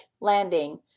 landing